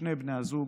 ששני בני הזוג